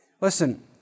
Listen